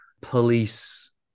police